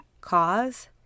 cause